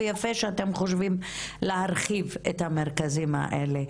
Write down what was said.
ויפה שאתם חושבים להרחיב את המרכזים האלה.